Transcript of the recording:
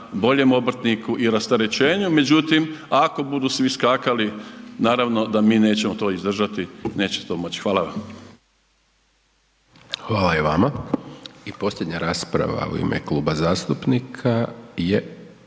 boljem obrtniku i rasterećenju međutim ako budu svi skakali naravno da mi nećemo to izdržati i neće to moći. Hvala vam. **Hajdaš Dončić, Siniša (SDP)** Hvala i vama. I posljednja rasprava u ime kluba zastupnika je